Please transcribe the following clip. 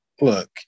Look